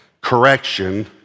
correction